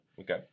Okay